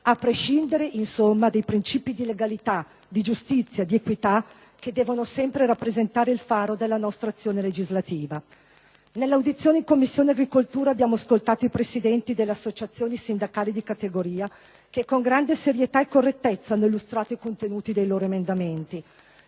A prescindere, insomma, dai princìpi di legalità, di giustizia, di equità, che devono sempre rappresentare il faro della nostra azione legislativa. Nel corso dell'audizione svolta in Commissione agricoltura e produzione agroalimentare abbiamo ascoltato i presidenti delle associazioni sindacali di categoria che, con grande serietà e correttezza, hanno illustrato i contenuti dei loro emendamenti.